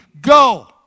go